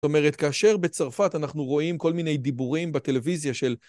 זאת אומרת, כאשר בצרפת אנחנו רואים כל מיני דיבורים בטלוויזיה של...